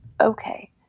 Okay